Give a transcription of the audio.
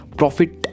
profit